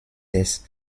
des